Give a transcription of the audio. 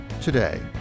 today